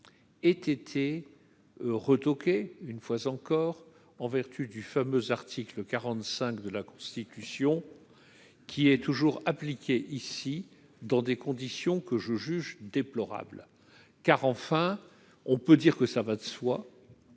été retoquée une fois encore, en vertu du fameux article 45 de la Constitution qui est toujours appliquée ici dans des conditions que je juge déplorable, car enfin, on peut dire que ça va de soi,